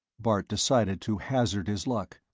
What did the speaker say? bart decided to hazard his luck.